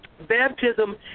baptism